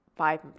five